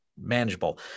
manageable